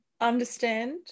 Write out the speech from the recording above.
understand